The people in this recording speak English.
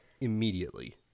immediately